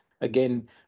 Again